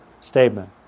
statement